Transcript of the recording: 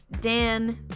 Dan